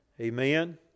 amen